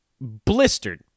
blistered